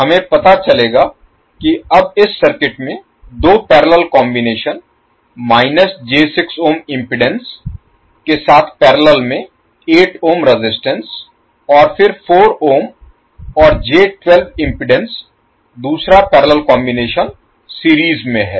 हमें पता चलेगा कि अब इस सर्किट में दो पैरेलल कॉम्बिनेशन j6Ω इम्पीडेन्स के साथ पैरेलल में 8 ohm रेजिस्टेंस और फिर 4Ω और j12Ω इम्पीडेन्स दूसरा पैरेलल कॉम्बिनेशन सीरीज में हैं